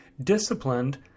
disciplined